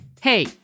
Hey